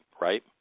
right